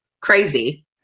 crazy